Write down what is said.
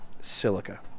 Silica